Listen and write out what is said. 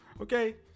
okay